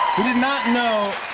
did not know.